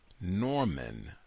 Norman